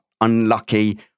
unlucky